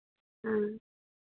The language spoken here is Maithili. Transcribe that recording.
हँ